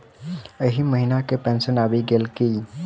एहि महीना केँ पेंशन आबि गेल की